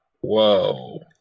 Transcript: Whoa